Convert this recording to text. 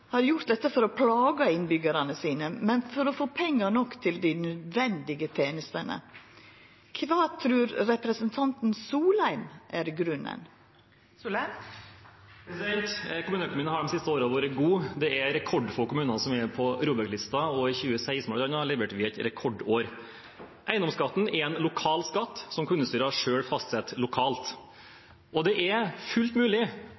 har gjort dette for å plaga innbyggjarane sine, men for å få pengar nok til dei nødvendige tenestene. Kva trur representanten Wang Soleim er grunnen? Kommuneøkonomien har de siste årene vært god. Det er rekordfå kommuner som er på ROBEK-listen, og bl.a. i 2016 leverte vi et rekordår. Eiendomsskatten er en lokal skatt som